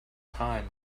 time